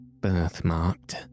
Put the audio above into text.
birthmarked